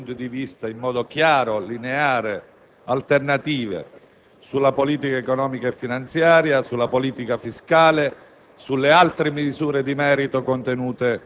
Spesso si sono confrontati due punti di vista in modo chiaro e lineare, alternativi sulla politica economica e finanziaria, sulla politica fiscale